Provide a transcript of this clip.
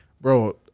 bro